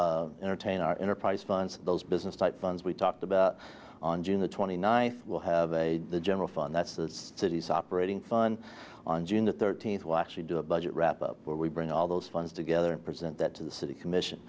will entertain our enterprise fund those business type funds we talked about on june the twenty ninth will have the general fund that's the city's operating fun on june the thirteenth watch you do a budget wrap up where we bring all those funds together and present that to the city commission